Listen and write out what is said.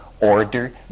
order